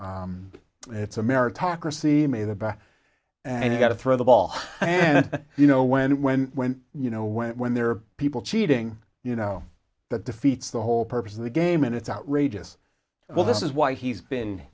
know it's a meritocracy may the best and you've got to throw the ball and you know when when when you know when when there are people cheating you know that defeats the whole purpose of the game and it's outrageous well this is why he's been